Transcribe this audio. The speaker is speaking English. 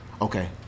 okay